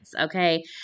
okay